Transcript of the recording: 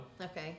Okay